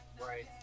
Right